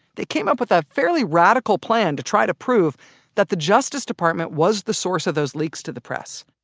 they came up with a fairly radical plan to try to prove that the justice department was the source of those leaks to the press.